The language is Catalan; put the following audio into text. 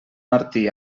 martí